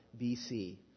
BC